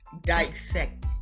Dissect